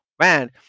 man